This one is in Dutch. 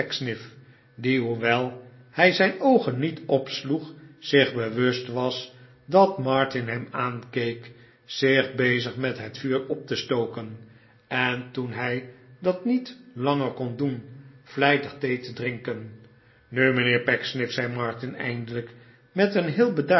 die hoewel hij zijn oogen niet opsloeg zich bewust was dat martin hem aankeek zich bezig met het vuur op te stoken en toen hij dat niet langer kon doen ylijtig thee te drinken nu mijnheer pecksniff zei martin eindelijk met een heel bedaarde